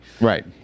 Right